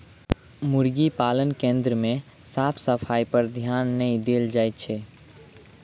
मुर्गी पालन केन्द्र मे साफ सफाइपर ध्यान नै देल जाइत छै